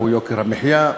היא "יוקר המחיה",